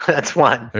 that's one there